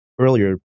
earlier